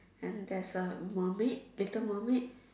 and there is a mermaid little mermaid